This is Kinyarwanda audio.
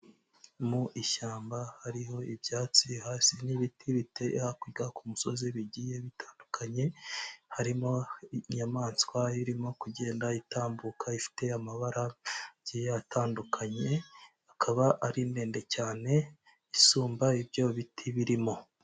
Mu ishyamba hariho ibyatsi hasi n'ibiti biteye hakurya ku musozi bigiye bitandukanye, harimo inyamaswa irimo kugenda itambuka ifite amabara agiye atandukanye, akaba ari ndende cyane isumba ibyo biti birimo.